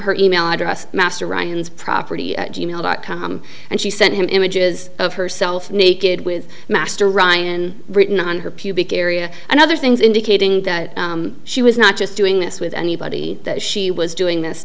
her e mail address master ryan's property dot com and she sent him images of herself naked with master ryan written on her pubic area and other things indicating that she was not just doing this with anybody she was doing this